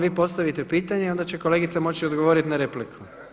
Vi postavite pitanje, onda će kolegica moći odgovoriti na replike.